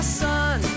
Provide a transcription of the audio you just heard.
sun